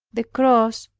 the cross,